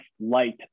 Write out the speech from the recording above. light